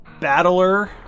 battler